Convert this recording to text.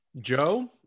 joe